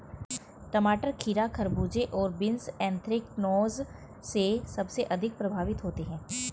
टमाटर, खीरा, खरबूजे और बीन्स एंथ्रेक्नोज से सबसे अधिक प्रभावित होते है